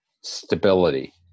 stability